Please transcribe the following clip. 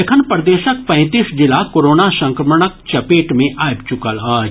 एखन प्रदेशक पैंतीस जिला कोरोना संक्रमणक चपेट मे आबि चुकल अछि